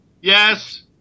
Yes